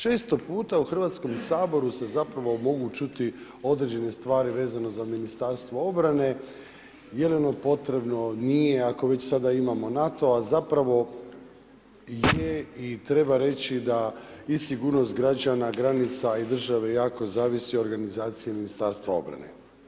Često puta u Hrvatskom saboru se zapravo mogu čuti određene stvari vezano za MORH, je li ono potrebno, nije ako već sada imamo NATO a zapravo je i treba reći da i sigurnost građana, granica i države jako zavisi o organizaciji Ministarstva obrane.